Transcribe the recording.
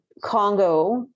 Congo